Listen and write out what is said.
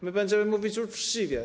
My będziemy mówić uczciwie.